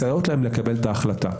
מסייעות להם לקבל את ההחלטה.